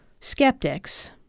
skeptics